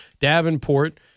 Davenport